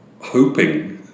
hoping